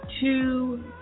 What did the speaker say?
two